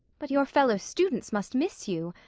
but your fellow-students must miss you.